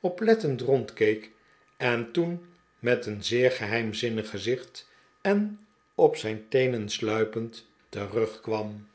oplettend rondkeek en toen met een zeer ge heimzinnig gezicht en op zijn teenen sluipend terugkwam